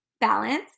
balance